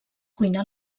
cuina